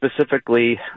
specifically